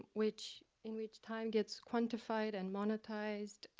ah which, in which time gets quantified and monetized,